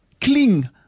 Cling